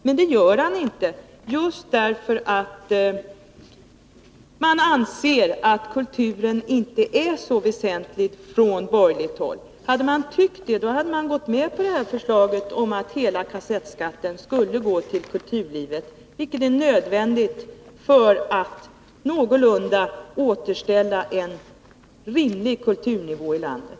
Men det gör han inte, just därför att man från borgerligt håll inte anser att kulturen är något väsentligt. Hade man tyckt det, hade man anslutit sig till förslaget om att hela kassettskatten skulle gå till kulturlivet. Det är nödvändigt om vi skall kunna återställa en någorlunda rimlig kulturnivå i landet.